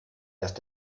erst